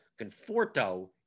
Conforto